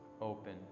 open